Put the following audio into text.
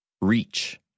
Reach